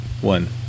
one